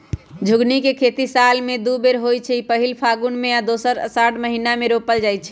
झिगुनी के खेती साल में दू बेर होइ छइ पहिल फगुन में आऽ दोसर असाढ़ महिना मे रोपल जाइ छइ